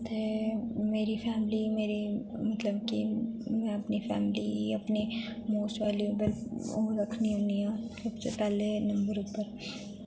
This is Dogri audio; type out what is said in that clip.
ते मेरी फैमिली मेरे मतलब की मैं अपनी फैमिली अपने मोस्ट वैल्यूएबल ओह् रखनी होंनी आ पैह्ले नम्बर उप्पर